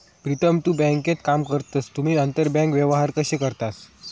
प्रीतम तु बँकेत काम करतस तुम्ही आंतरबँक व्यवहार कशे करतास?